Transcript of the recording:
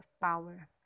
power